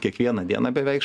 kiekvieną dieną beveik